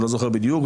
אני לא זוכר בדיוק,